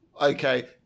okay